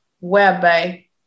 whereby